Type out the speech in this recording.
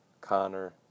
Connor